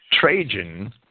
Trajan